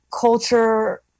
culture